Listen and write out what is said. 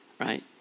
Right